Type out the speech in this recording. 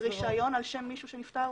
רישיון על שם מישהו שנפטר,